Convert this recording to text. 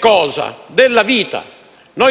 soggetto la vita.